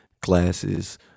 glasses